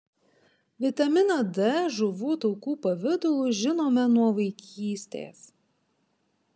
vitaminą d žuvų taukų pavidalu žinome nuo vaikystės